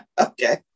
Okay